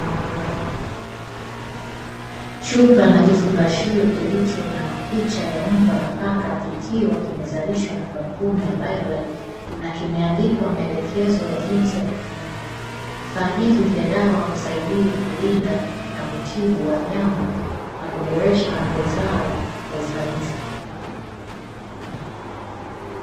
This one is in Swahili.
Chupa na kifungashio kilicho na picha ya mbwa na paka, kikiwa kimezalishwa na kampuni ya Bioline na kimeandikwa maelekezo ya jinsi ya kutumia. Vifaa hivi vya dawa husaidia kulinda na kutibu wanyama na kuboresha afya zao kwa ufanisi.